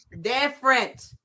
different